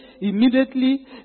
immediately